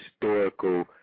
historical